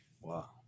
Wow